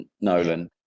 Nolan